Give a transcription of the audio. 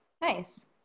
Nice